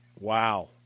Wow